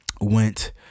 went